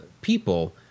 people